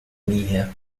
näher